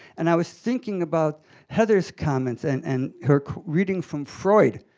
and i was thinking about heather's comments and and her reading from freud,